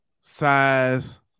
size